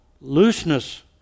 looseness